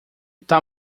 tal